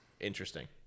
interesting